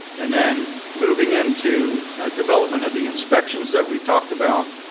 and then moving into development of the inspections that we talked about.